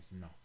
no